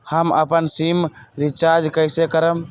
हम अपन SIM recharge कइसे करम?